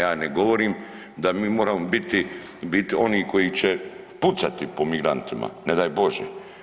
Ja ne govorim da mi moramo biti oni koji će pucati po migrantima, ne daj Bože.